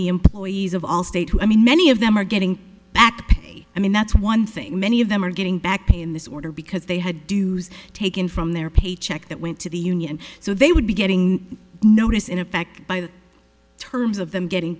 the employees of allstate who i mean many of them are getting back pay i mean that's one thing many of them are getting back pay in this order because they had dues taken from their paycheck that went to the union so they would be getting notice in effect by the terms of them getting